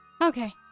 Okay